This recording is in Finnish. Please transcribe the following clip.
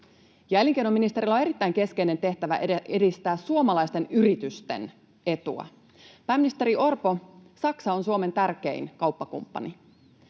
elinkeinoministerillä on erittäin keskeinen tehtävä edistää suomalaisten yritysten etua. Pääministeri Orpo, Saksa on Suomen tärkein kauppakumppani.